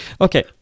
okay